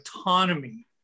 autonomy